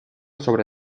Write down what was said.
sobre